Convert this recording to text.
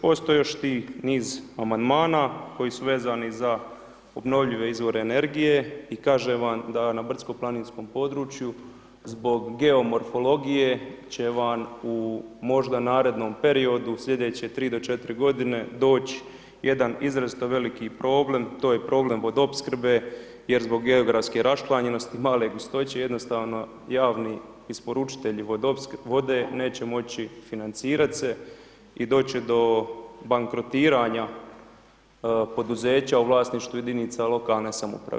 Postoje još ti niz amandmana koji su vezani za obnovljive izvore energije i kažem vam da brdsko-planinskom području zbog geomorfologije će vam u možda narednom periodu slijedeće 3 do 4 g. doći jedan izrazito veliki problem, to je problem vodoopskrbe jer zbog geografske raščlanjenosti i male gustoće, jednostavno javni isporučitelji vode neće moći financirat se i doći će do bankrotiranja poduzeća u vlasništva jedinica lokalne samouprave.